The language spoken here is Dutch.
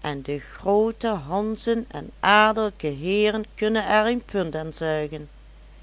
en de groote hanzen en adellijke heeren kunnen er een punt aan zuigen